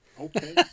Okay